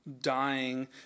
dying